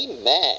Amen